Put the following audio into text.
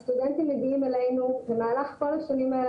הסטודנטים מגיעים אלינו במהלך כל השנים האלה